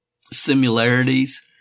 similarities